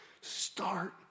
Start